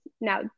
Now